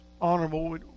honorable